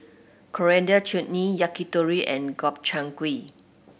Coriander Chutney Yakitori and Gobchang Gui